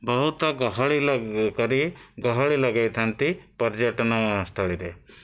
ବହୁତ ଗହଳି କରି ଗହଳି ଲଗାଇଥାନ୍ତି ପର୍ଯ୍ୟଟନସ୍ଥଳୀରେ